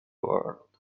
world